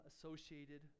associated